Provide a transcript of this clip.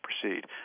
proceed